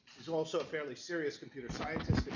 is also a fairly serious computer scientist